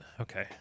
Okay